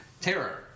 terror